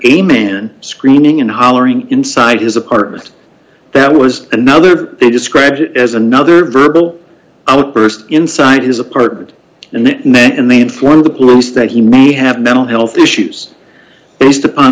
a man screaming and hollering inside his apartment that was another they described it as another verbal outburst inside his apartment and then they informed the police that he may have mental health issues based upon